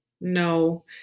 No